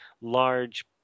large